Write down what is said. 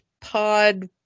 pod